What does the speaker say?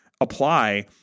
apply